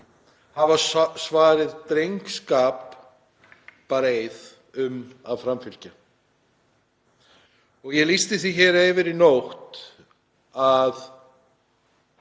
hafa svarið drengskapareið um að framfylgja. Ég lýsti því yfir í nótt að